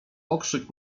okrzyk